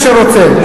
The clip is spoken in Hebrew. מי שרוצה.